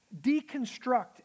deconstruct